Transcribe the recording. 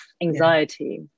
anxiety